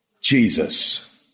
Jesus